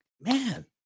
man